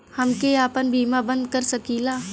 हमके आपन बीमा बन्द कर सकीला?